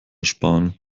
sparen